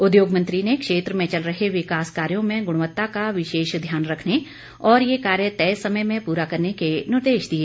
उद्योग मंत्री ने क्षेत्र में चल रहे विकास कार्यों में गुणवत्ता का विशेष ध्यान रखने और ये कार्य तय समय में पूरा करने के निर्देश दिए